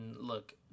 look